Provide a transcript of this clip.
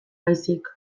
baizik